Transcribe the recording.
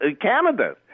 Canada